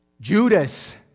Judas